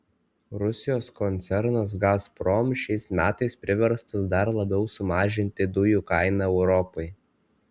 rusijos koncernas gazprom šiais metais priverstas dar labiau sumažinti dujų kainą europai